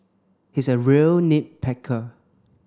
he is a real nit